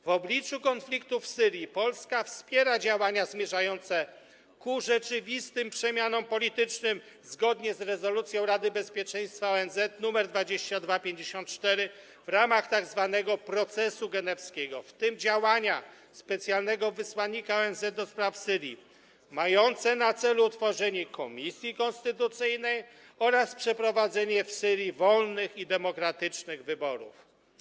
W obliczu konfliktu w Syrii Polska wspiera działania zmierzające ku rzeczywistym przemianom politycznym, zgodnie z rezolucją Rady Bezpieczeństwa ONZ nr 2254, w ramach tzw. procesu genewskiego, tym działania specjalnego wysłannika ONZ mające na celu utworzenie komisji konstytucyjnej oraz przeprowadzenie w Syrii wolnych i demokratycznych wyborów.